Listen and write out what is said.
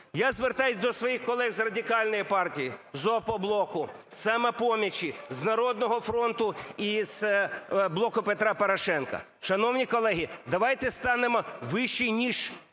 Я звертаюся до своїх колег з Радикальної партії, з "Опоблоку", з "Самопомочі", з "Народного фронту" і з "Блоку Петра Порошенка". Шановні колеги, давайте станемо вище, ніж